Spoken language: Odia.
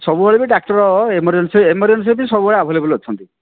ସବୁବେଳେ ବି ଡ଼ାକ୍ତର ଏର୍ମଜେନ୍ସିରେ ବି ସବୁବେଳେ ଆଭେଲେବୁଲ୍ ଅଛନ୍ତି